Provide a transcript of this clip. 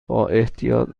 بااحتیاط